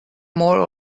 more